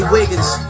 Wiggins